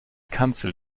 kanzel